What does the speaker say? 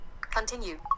continue